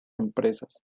empresas